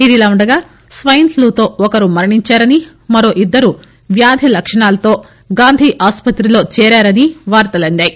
ఇదిలావుండగా స్వెన్ ఫ్లూతో ఒకరు మరణించారని మరో ఇద్దరు వ్యాధి లక్షణాలతో గాంధీ ఆసుపత్రిలో చేరారని వార్తలందాయి